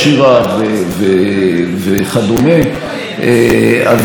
אבל נדמה לי שכשחבר הכנסת עודה מנה כאן את כל מעלותיה